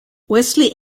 wesley